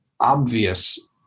obvious